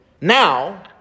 now